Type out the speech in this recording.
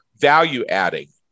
value-adding